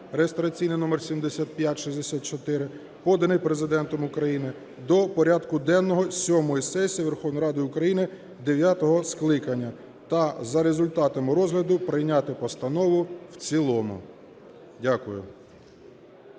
(реєстраційний номер 7564) поданий Президентом України до порядку денного 7 сесії Верховної Ради України 9 скликання, та за результатами розгляду прийняти постанову в цілому. Дякую.